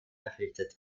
errichtet